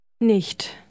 Nicht